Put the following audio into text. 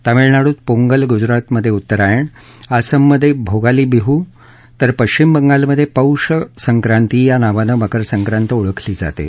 तामिळनाडूत पोंगल गुजरातमधे उत्तरायण आसममधे भोगाली बिह् तर पश्चिम बंगालमधे पौष संक्राती या नावाने मकर संक्रात ओळखली जाते